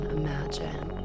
imagine